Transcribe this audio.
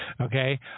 Okay